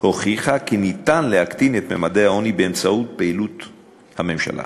הוכיחה כי ניתן להקטין את ממדי העוני באמצעות פעילות הממשלה.